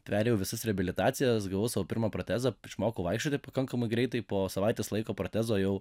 perėjau visus reabilitacijas gavau sau pirmą protezą išmokau vaikščioti pakankamai greitai po savaitės laiko protezo jau